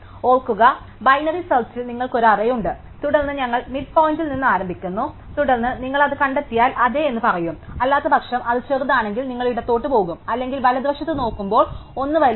ഓർക്കുക ബൈനറി സെർച്ച്ൽ നിങ്ങൾക്ക് ഒരു അറേ ഉണ്ട് തുടർന്ന് ഞങ്ങൾ മിഡ് പോയിന്റിൽ നിന്ന് ആരംഭിക്കുന്നു തുടർന്ന് നിങ്ങൾ അത് കണ്ടെത്തിയാൽ അതെ എന്ന് പറയും അല്ലാത്തപക്ഷം അത് ചെറുതാണെങ്കിൽ നിങ്ങൾ ഇടത്തോട്ടും പോകുക അല്ലെങ്കിൽ വലതുവശത്ത് നോക്കുമ്പോൾ ഒന്ന് വലുതാണ്